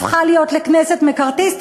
הפכה להיות כנסת מקארתיסטית,